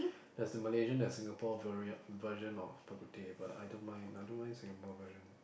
there's the Malaysian and Singapore variant version of bak-kut-teh but I don't mind I don't mind Singapore version